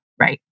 Right